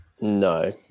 No